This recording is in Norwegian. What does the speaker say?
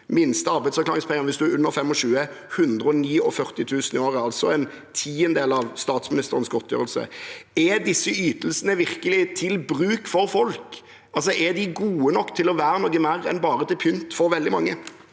minstesats arbeidsavklaringspenger hvis man er under 25 år: 149 000 kr i året, altså en tiendedel av statsministerens godtgjørelse Er disse ytelsene virkelig til bruk for folk? Er de gode nok til å være noe mer enn bare til pynt for veldig mange?